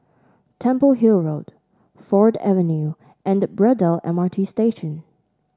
Temple Hill Road Ford Avenue and Braddell M R T Station